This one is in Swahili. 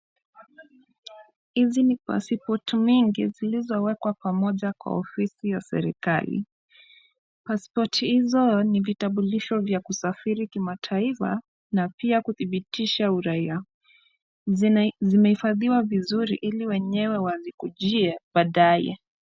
Hizi ni pasipoti mingi zilizowekwa pamoja kwa ofisi ya serikali. Pasipoti hizo ni vitambulisho vya kusafiri kimataifa na pia kudhibitisha uraia. Zimehifadhiwa vizuri ili wenyewe wazikujie baadaye.